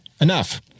Enough